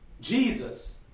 Jesus